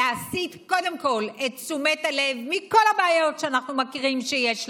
להסיט קודם כול את תשומת הלב מכל הבעיות שאנחנו מכירים שיש לנו,